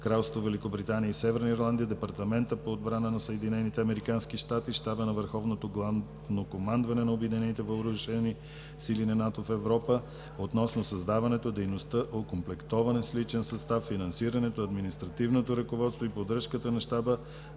кралство Великобритания и Северна Ирландия, Департамента по отбрана на Съединените американски щати, Щаба на Върховното главно командване на Обединените въоръжени сили на НАТО в Европа относно създаването, дейността, окомплектоването с личен състав, финансирането, административното ръководство и поддръжката на Щаба